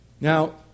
Now